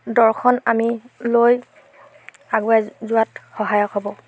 দৰ্শন আমি লৈ আগুৱাই যোৱাত সহায় হ'ব